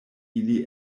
ili